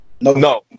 No